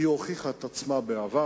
היא הוכיחה את עצמה בעבר,